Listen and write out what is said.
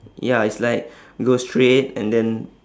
ya it's like go straight and then